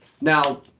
Now –